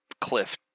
cliff